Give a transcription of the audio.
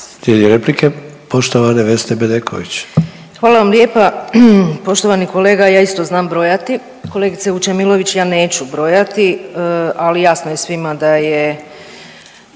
Hvala vam lijepa. Poštovani kolega ja isto znam brojati, kolegice Vučemilović ja neću brojati, ali jasno je svima da je